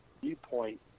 viewpoint